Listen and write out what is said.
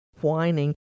whining